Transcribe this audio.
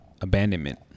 abandonment